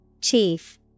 Chief